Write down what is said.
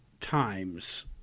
times